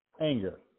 anger